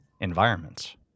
environments